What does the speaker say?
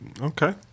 Okay